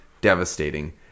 devastating